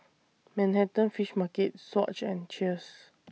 Manhattan Fish Market Swatch and Cheers